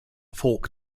folk